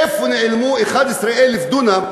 איפה נעלמו 11,000 דונם?